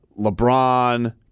LeBron